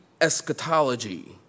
eschatology